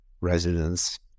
residents